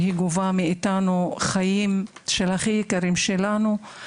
שגובה מאיתנו את חייהם של היקרים לנו מכל.